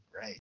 right